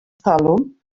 talwm